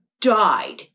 died